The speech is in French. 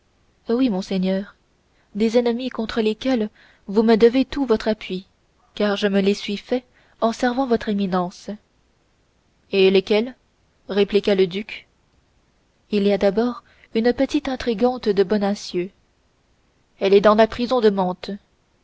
oui monseigneur des ennemis contre lesquels vous me devez tout votre appui car je me les suis faits en servant votre éminence et lesquels répliqua le duc d'abord une petite intrigante du nom de bonacieux elle est dans la prison de mantes